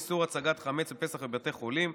איסור הצגת חמץ בפסח בבתי חולים),